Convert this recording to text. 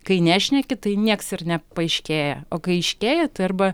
kai nešneki tai nieks ir nepaaiškėja o kai aiškėja tai arba